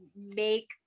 make